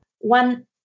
One